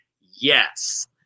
yes